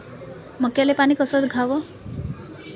मक्याले पानी कस द्याव?